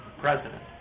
president